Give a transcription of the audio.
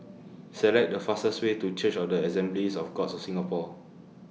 Select The fastest Way to Church of The Assemblies of Gods of Singapore